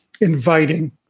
inviting